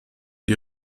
die